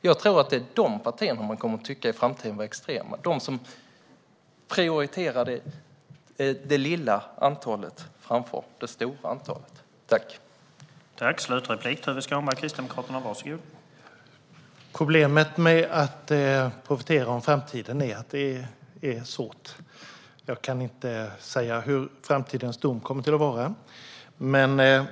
Jag tror att det är dessa partier som man i framtiden kommer att tycka var extrema, de som prioriterade det lilla antalet framför det stora antalet.